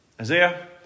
Isaiah